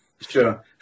Sure